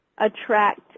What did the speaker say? attract